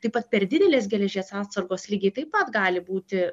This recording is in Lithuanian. taip pat per didelės geležies atsargos lygiai taip pat gali būti